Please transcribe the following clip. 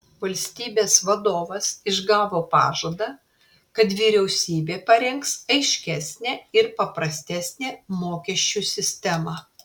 valstybės vadovas išgavo pažadą kad vyriausybė parengs aiškesnę ir paprastesnę mokesčių sistemą